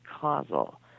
causal